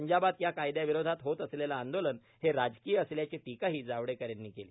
पंजाबात या कायद्याविरोधात होत असलेलं आंदोलन हे राजकीय असल्याची टीकाही जावडेकर यांनी केली